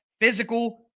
physical